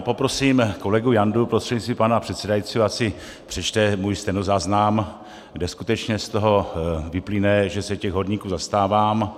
Poprosím kolegu Jandu prostřednictvím pana předsedajícího, ať si přečte můj stenozáznam, kde skutečně z toho vyplyne, že se těch horníků zastávám.